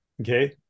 Okay